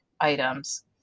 items